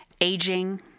aging